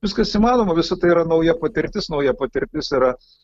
viskas įmanoma visa tai yra nauja patirtis nauja patirtis tai yra